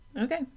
Okay